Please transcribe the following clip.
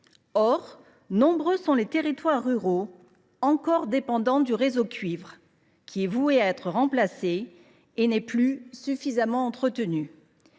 Nombreux sont les territoires ruraux encore dépendants du réseau cuivre, qui est voué à être remplacé et n’est plus suffisamment entretenu.